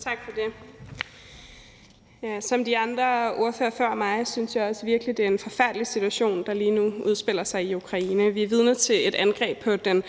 Tak for det. Ligesom de andre ordførere før mig synes jeg også virkelig, det er en forfærdelig situation, der lige nu udspiller sig i Ukraine. Vi er vidner til et angreb på den